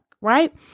right